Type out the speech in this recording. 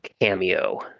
cameo